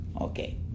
okay